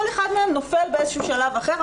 כל אחד מהם נופל באיזשהו שלב אחר.